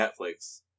Netflix